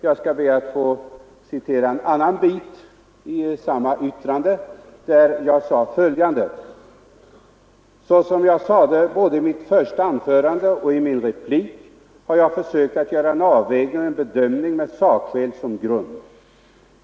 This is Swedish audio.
Jag skall citera en annan bit i samma yttrande, där jag sade följande: ”Såsom jag sade både i mitt första anförande och i min replik, har jag försökt göra en avvägning och en bedömning med sakskäl som grund.